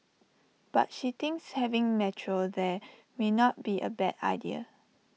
but she thinks having metro there may not be A bad idea